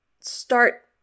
start